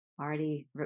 already